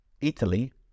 Italy